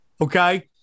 Okay